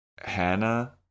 Hannah